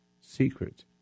secret